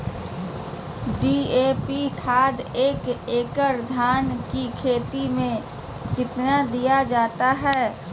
DAP खाद एक एकड़ धान की खेती में कितना दीया जाता है?